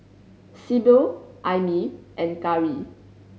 Sibyl Aimee and Cari